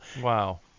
Wow